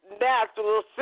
natural